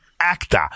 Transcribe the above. actor